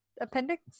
appendix